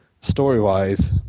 story-wise